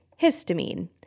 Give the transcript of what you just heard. histamine